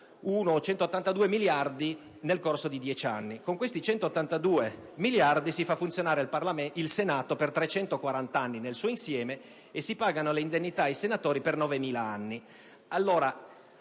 181 o 182 miliardi nel corso di 10 anni. Con questi si fa funzionare il Senato per 340 anni nel suo insieme e si pagano le indennità ai senatori per 9.000 anni.